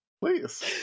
Please